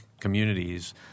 communities